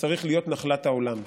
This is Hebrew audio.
שצריך להיות נחלת העולם.